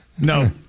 No